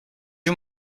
you